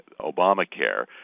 Obamacare